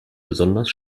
besonders